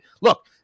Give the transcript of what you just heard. Look